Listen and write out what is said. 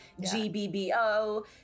GBBO